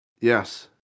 Yes